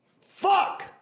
Fuck